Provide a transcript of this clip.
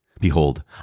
Behold